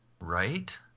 Right